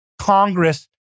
Congress